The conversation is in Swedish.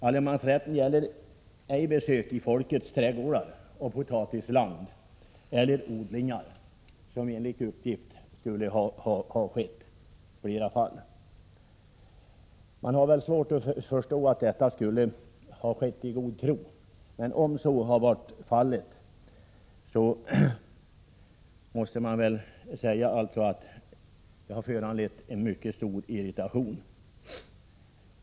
Allemansrätten gäller ej besök i folkets trädgårdar, potatisland eller odlingar, men enligt uppgift skulle sådana besök i flera fall ha gjorts. Man har svårt att tro att detta skett i god tro. Även om så är fallet, har det föranlett mycket stor irritation.